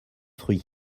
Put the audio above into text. fruits